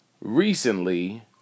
recently